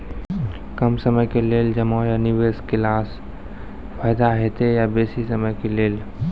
कम समय के लेल जमा या निवेश केलासॅ फायदा हेते या बेसी समय के लेल?